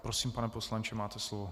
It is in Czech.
Prosím, pane poslanče, máte slovo.